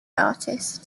artist